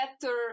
better